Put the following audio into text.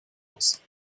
muss